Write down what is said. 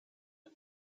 and